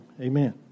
Amen